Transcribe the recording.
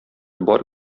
бар